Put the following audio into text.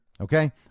Okay